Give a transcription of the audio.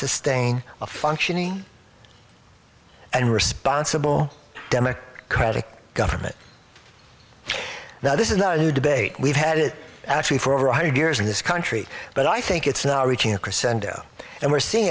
sustain a functioning and responsible democratic government now this is not a new debate we've had it actually for over one hundred years in this country but i think it's now reaching a crescendo and we're seeing